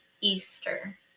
Easter